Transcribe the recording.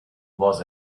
was